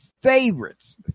favorites